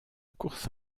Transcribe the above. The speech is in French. course